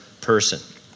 person